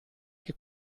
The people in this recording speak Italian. che